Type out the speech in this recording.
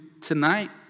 tonight